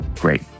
great